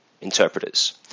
interpreters